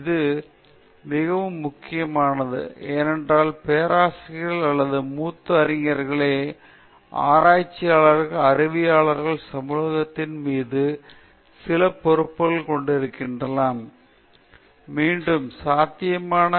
இது மிகவும் முக்கியமானது ஏனென்றால் பேராசிரியர்கள் அல்லது மூத்த அறிஞர்களே ஆராய்ச்சியாளர்கள் அறிவியலாளர் சமூகத்தின் மீது சில பொறுப்புகளை கொண்டிருக்கலாம் மற்றும் ஒரு பொறுப்புகளில் ஒன்று ஒரு மாணவர்களிடம் உள்ளது